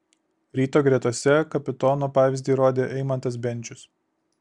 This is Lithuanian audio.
ryto gretose kapitono pavyzdį rodė eimantas bendžius